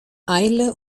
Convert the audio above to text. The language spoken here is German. eile